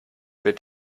wird